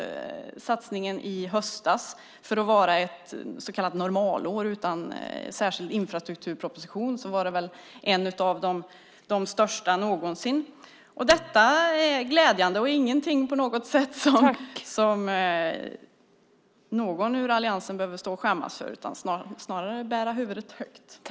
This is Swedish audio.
Satsningen i höstas, för att vara ett så kallat normalår utan särskild infrastrukturproposition, var en av de största någonsin. Detta är glädjande och inget som på något sätt någon ur alliansen behöver stå och skämmas för. Man kan snarare bära huvudet högt.